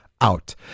out